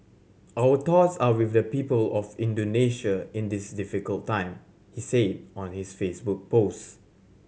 our thoughts are with the people of Indonesia in this difficult time he said on his Facebook post